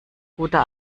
guter